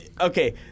okay